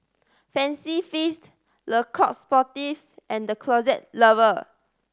Fancy Feast Le Coq Sportif and The Closet Lover